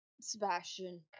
Sebastian